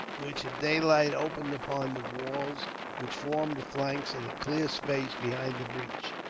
which at daylight opened upon the walls which formed the flanks of the clear space behind the breach.